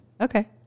Okay